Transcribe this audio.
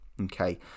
okay